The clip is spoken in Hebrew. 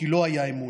כי לא היה אמון,